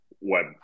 web